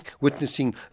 witnessing